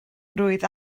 roedd